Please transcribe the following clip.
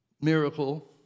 miracle